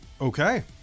Okay